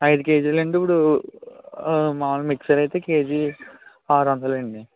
ఐదు కేజీలు అంటే ఇప్పుడు మాములు మిక్చర్ అయితే కేజీ ఆరు వందలండి